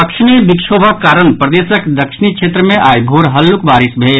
पश्चिम विक्षोभक कारण प्रदेशक दक्षिणी क्षेत्र मे आई भोर हल्लुक बारिश मेल